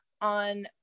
on